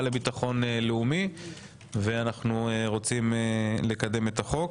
לביטחון לאומי ואנחנו רוצים לקדם את החוק.